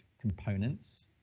components